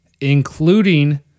including